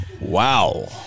wow